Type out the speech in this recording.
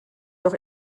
doch